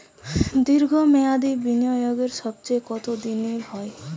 দীর্ঘ মেয়াদি বিনিয়োগের সর্বোচ্চ কত দিনের হয়?